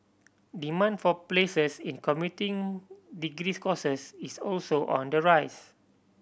demand for places in computing degrees courses is also on the rise